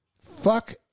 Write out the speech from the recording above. Fuck